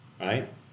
right